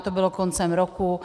To bylo koncem roku.